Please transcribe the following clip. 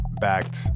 backed